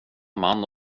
man